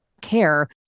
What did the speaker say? care